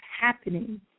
happening